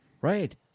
Right